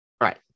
Right